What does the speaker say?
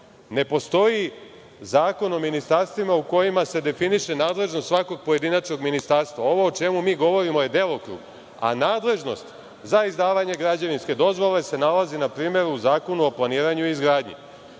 postoji Zakon o ministarstvima u kojima se definiše nadležnost svakog pojedinačnog ministarstva. Ovo o čemu mi govorimo je delokrug, a nadležnost za izdavanje građevinske dozvole se nalazi na primeru Zakona o planiranju i izgradnji,